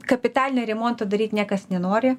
kapitalinio remonto daryt niekas nenori